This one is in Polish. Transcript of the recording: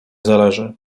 zależy